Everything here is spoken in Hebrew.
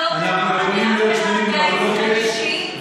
אנחנו לא אמרנו על אף אחד "גיס חמישי",